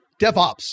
DevOps